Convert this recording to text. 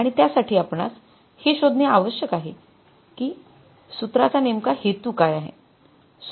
आणि त्यासाठी आपणास हे शोधणे आवश्यक आहे कि सूत्र चा नेमका हेतू काय आहे